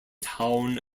town